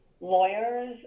lawyers